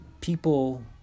people